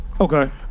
Okay